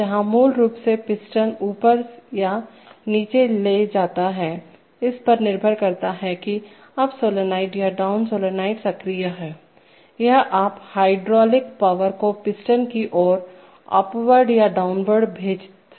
जहां मूल रूप से पिस्टन ऊपर या नीचे ले जाता है इस पर निर्भर करता है कि अप सॉलोनॉइड या डाउन सॉलोनॉइड सक्रिय है यह आप हाइड्रोलिक पावर को पिस्टन की ओर उपवार्ड या डाउनवार्ड भेज सकते हैं